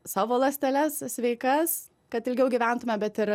savo ląsteles sveikas kad ilgiau gyventume bet ir